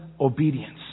obedience